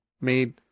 made